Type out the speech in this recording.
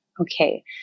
Okay